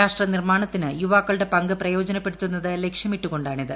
രാഷ്ട്ര നിർമാണത്തിന് യുവാക്കളുടെ പങ്ക് പ്രയോജനപ്പെടുത്തുന്നത് ലക്ഷ്യമിട്ടുകൊണ്ടാണിത്